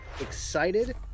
excited